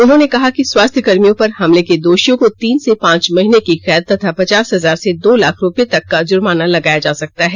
उन्होंने कहा कि स्वास्थ्यकर्मियों पर हमले के दोषियों को तीन से पांच महीने की कैद तथा पचास हजार से दो लाख रुपये तक का जुर्माना लगाया जा सकता है